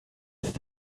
ist